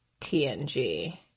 TNG